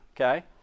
okay